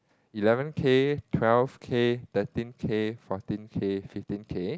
eleven K twelve K thirteen K fourteen K fifteen K